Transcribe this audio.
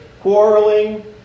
quarreling